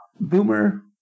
Boomer